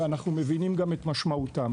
ואנחנו גם מבינים את משמעותם.